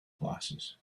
glasses